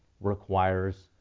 requires